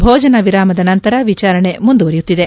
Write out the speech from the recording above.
ಭೋಜನ ವಿರಾಮದ ನಂತರ ವಿಚಾರಣೆ ಮುಂದುವರೆಯುತ್ತದೆ